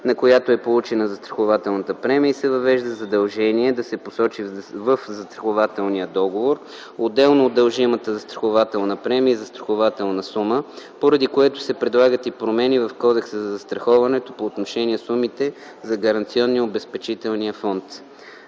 на която е получена застрахователната премия и се въвежда задължение да се посочи в застрахователния договор, отделно от дължимата застрахователна премия и застрахователна сума, поради което се предлагат и промени в Кодекса за застраховането по отношение сумите за Гаранционния и Обезпечителния фонд.